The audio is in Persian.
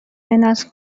نسل